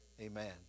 amen